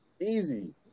easy